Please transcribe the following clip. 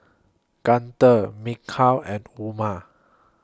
Guntur Mikhail and Umar